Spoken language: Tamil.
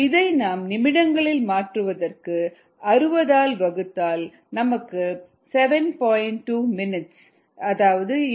இதை நாம் நிமிடங்களில் மாற்றுவதற்கு 60 ஆல் வகுத்தால் நமக்கு 7